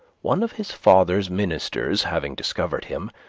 one of his father's ministers having discovered him,